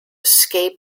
escape